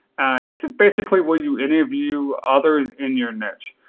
and this is basically where you interview others in your niche.